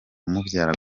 umubyara